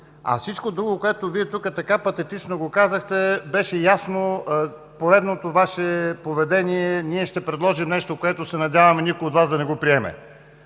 А всичко друго, което Вие така патетично го казахте, беше ясно: поредното Ваше поведение – ние ще предложим нещо, което се надяваме никой от Вас да не го приеме.